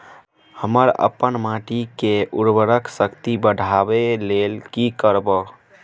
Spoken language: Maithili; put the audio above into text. हम अपन माटी के उर्वरक शक्ति बढाबै लेल की करब?